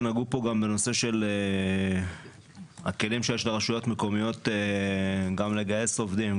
נגעו פה גם בנושא של הכלים שיש לרשויות מקומיות גם לגייס עובדים,